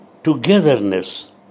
togetherness